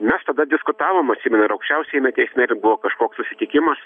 mes tada diskutavom atsimenu ir aukščiausiajame teisme ir buvo kažkoks susitikimas